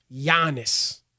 Giannis